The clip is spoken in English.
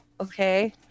Okay